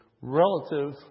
relative